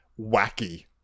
wacky